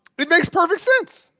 it makes perfect sense.